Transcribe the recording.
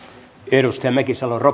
arvoisa